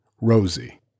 Rosie